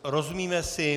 Rozumíme si?